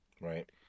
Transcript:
Right